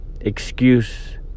excuse